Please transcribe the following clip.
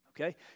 Okay